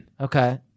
Okay